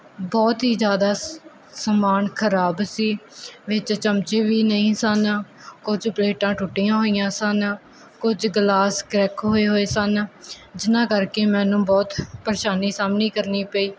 ਬਹੁਤ ਹੀ ਜ਼ਿਆਦਾ ਸ ਸਮਾਨ ਖਰਾਬ ਸੀ ਵਿੱਚ ਚਮਚੇ ਵੀ ਨਹੀਂ ਸਨ ਕੁਝ ਪਲੇਟਾਂ ਟੁੱਟੀਆਂ ਹੋਈਆਂ ਸਨ ਕੁਝ ਗਿਲਾਸ ਕਰੈਕ ਹੋਏ ਹੋਏ ਸਨ ਜਿਹਨਾਂ ਕਰਕੇ ਮੈਨੂੰ ਬਹੁਤ ਪਰੇਸ਼ਾਨੀ ਸਾਹਮਣੇ ਕਰਨੀ ਪਈ